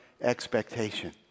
expectation